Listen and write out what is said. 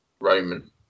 Roman